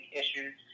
issues